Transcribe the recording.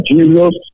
Jesus